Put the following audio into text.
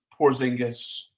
Porzingis